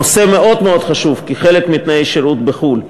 נושא מאוד מאוד חשוב כחלק מתנאי השירות בחו"ל הוא,